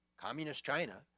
communist china,